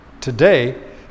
today